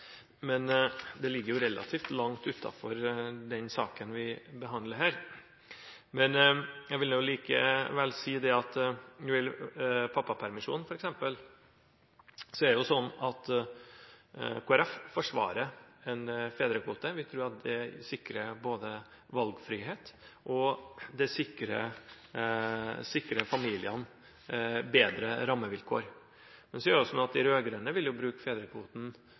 men det ligger jo relativt langt utenfor den saken vi behandler her. Jeg vil allikevel si at når det gjelder f.eks. pappapermisjonen, er det sånn at Kristelig Folkeparti forsvarer en fedrekvote. Vi tror at det sikrer valgfrihet, og det sikrer familiene bedre rammevilkår. Det er jo sånn at de rød-grønne vil bruke fedrekvoten